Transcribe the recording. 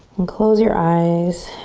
and close your eyes